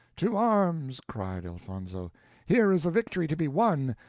to arms! cried elfonzo here is a victory to be won,